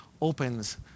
opens